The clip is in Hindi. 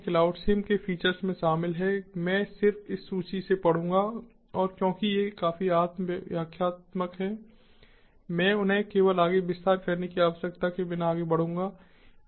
क्लाउडसिम के फीचर्स में शामिल है मैं सिर्फ इस सूची से पढ़ूंगा और क्योंकि ये काफी आत्म व्याख्यात्मक हैं मैं उन्हें केवल आगे विस्तार करने की आवश्यकता के बिना आगे बढूँगा